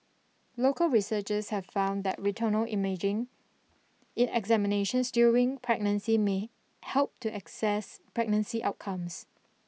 local researchers have found that retinal imaging examinations during pregnancy may help to access pregnancy outcomes